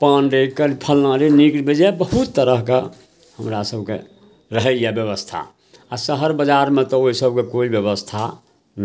पान रे कनि फल्लाँ रे नीक बेजाए बहुत तरहके हमरासभके रहैए बेबस्था आओर शहर बजारमे तऽ ओहिसभके कोइ बेबस्था